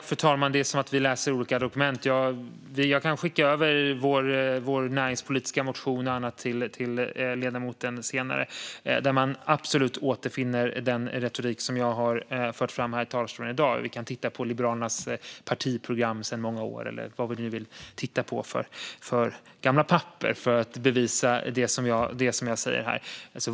Fru talman! Det är som att vi läser olika dokument. Jag kan skicka över vår näringspolitiska motion och annat till ledamoten senare. Där återfinner man den retorik som jag har fört fram här i talarstolen i dag. Man kan också titta på Liberalernas partiprogram sedan många år eller andra gamla papper för att bevisa det som jag säger här.